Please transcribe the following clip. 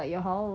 no